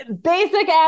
basic